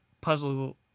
puzzle